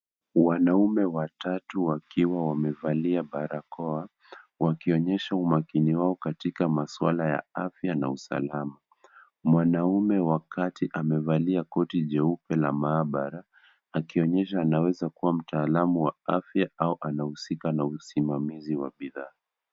Wanaume watatu wakiwa wamevalia barakoa, wakionyesha umakini wao katika maswala ya afya na usalama. Mwanaume wa kati amevalia koti jeupe la maabara akionyesha anaweza kuwa mtaalamu wa afya au anahusika na usimamizi wa bidhaa.